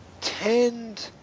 tend